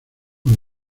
por